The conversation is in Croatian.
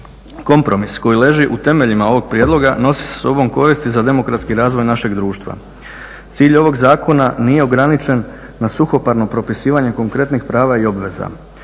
Kompromis koji leži u temeljima ovog prijedloga nosi sa sobom koristi za demokratski razvoj našeg društva. Cilj ovog zakona nije ograničen na suhoparno propisivanje konkretnih prava i obveza.